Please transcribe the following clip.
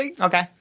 Okay